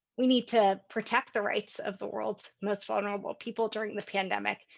we need to protect the rights of the world's most vulnerable people during the pandemic,